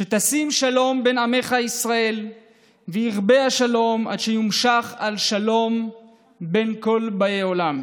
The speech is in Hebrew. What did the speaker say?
שתשים שלום בין עמך ויתרבה השלום עד שיומשך השלום בין כל באי עולם,